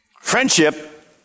Friendship